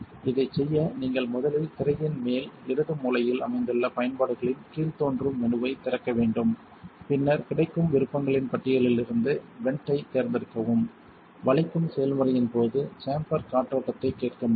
இதைச் செய்ய நீங்கள் முதலில் திரையின் மேல் இடது மூலையில் அமைந்துள்ள பயன்பாடுகளின் கீழ்தோன்றும் மெனுவைத் திறக்க வேண்டும் பின்னர் கிடைக்கும் விருப்பங்களின் பட்டியலிலிருந்து வென்ட்டைத் தேர்ந்தெடுக்கவும் வளைக்கும் செயல்முறையின் போது சேம்பர் காற்றோட்டத்தைக் கேட்க முடியும்